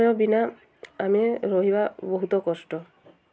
ଶୌଚାଳୟ ବିନା ଆମେ ରହିବା ବହୁତ କଷ୍ଟ